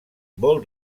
vol